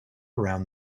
around